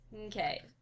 Okay